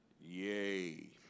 yay